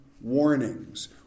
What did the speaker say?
warnings